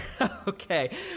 Okay